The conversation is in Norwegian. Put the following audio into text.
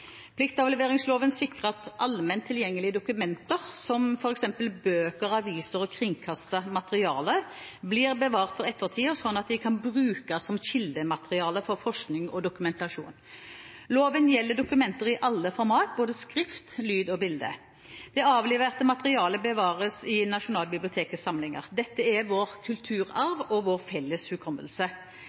Pliktavleveringsloven sikrer at allment tilgjengelige dokumenter, som f.eks. bøker, aviser og kringkastet materiale, blir bevart for ettertiden, slik at de kan brukes som kildemateriale for forskning og dokumentasjon. Loven gjelder dokumenter i alle format, både skrift, lyd og bilde. Det avleverte materialet bevares i Nasjonalbibliotekets samlinger. Dette er vår kulturarv og vår felles hukommelse.